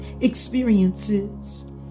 experiences